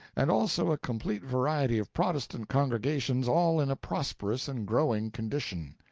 and also a complete variety of protestant congregations all in a prosperous and growing condition.